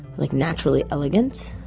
like naturally elegant,